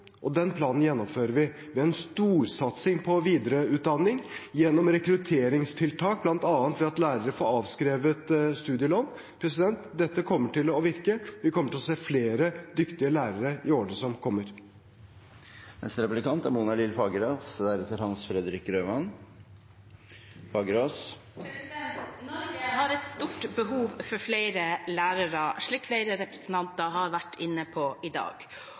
og den planen gjennomfører vi. Det er en storsatsing på videreutdanning gjennom rekrutteringstiltak, bl.a. ved at lærere får avskrevet studielån. Dette kommer til å virke, vi kommer til å se flere dyktige lærere i årene som kommer. Norge har et stort behov for flere lærere, som flere representanter har vært inne på i dag.